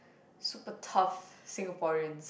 super tough Singaporean